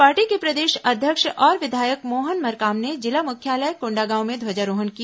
party के प्रदेष अध्यक्ष और विधायक मोहन मरकाम ने जिला मुख्यालय कोंडागांव में ध्वजारोहण किया